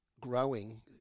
growing